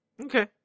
Okay